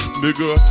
nigga